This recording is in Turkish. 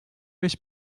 beş